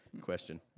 Question